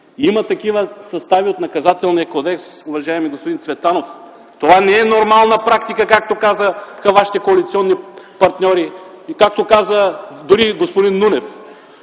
Има такива състави от Наказателния кодекс, уважаеми господин Цветанов. Това не е нормална практика, както казаха вашите коалиционни партньори и както каза дори господин Нунев.